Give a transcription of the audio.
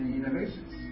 innovations